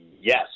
yes